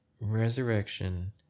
resurrection